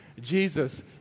Jesus